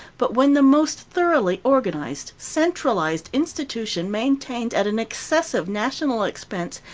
but when the most thoroughly organized, centralized institution, maintained at an excessive national expense,